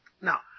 Now